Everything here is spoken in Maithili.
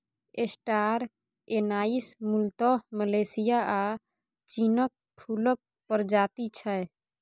स्टार एनाइस मुलतः मलेशिया आ चीनक फुलक प्रजाति छै